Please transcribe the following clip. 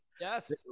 Yes